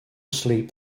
sleep